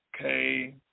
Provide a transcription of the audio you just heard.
Okay